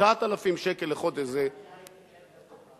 9,000 שקל לחודש זה, אני הייתי עד לשיחה הזאת.